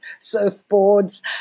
surfboards